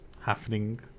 happening